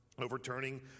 overturning